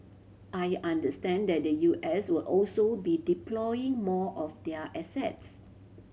I understand that the U S will also be deploying more of their assets